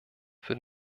für